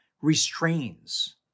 restrains